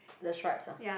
the stripes ah